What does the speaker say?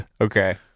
Okay